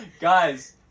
Guys